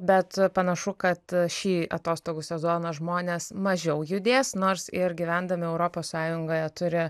bet panašu kad šį atostogų sezoną žmonės mažiau judės nors ir gyvendami europos sąjungoje turi